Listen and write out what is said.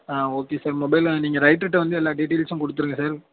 ஆ okay sir மொபைலை நீங்கள் ரைட்ருகிட்ட வந்து எல்லா டீட்டைல்ஸும் கொடுத்துருங்க சார்